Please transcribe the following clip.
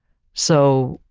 so,